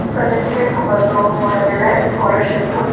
certificate खपंदो हुओ हुन जे लाइ स्कॉलर्शिप जो